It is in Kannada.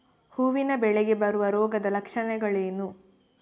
ಹೂವಿನ ಬೆಳೆಗೆ ಬರುವ ರೋಗದ ಲಕ್ಷಣಗಳೇನು?